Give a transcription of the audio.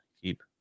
keep